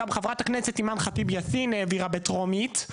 גם חברת הכנסת אימאן ח'טיב יאסין העבירה בטרומית.